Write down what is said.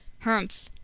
humph!